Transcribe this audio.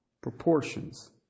Proportions